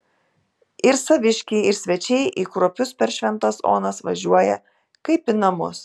ir saviškiai ir svečiai į kruopius per šventas onas važiuoja kaip į namus